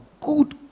good